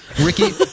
Ricky